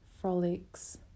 frolics